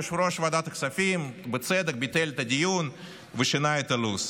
יושב-ראש ועדת הכספים ביטל בצדק את הדיון ושינה את הלו"ז.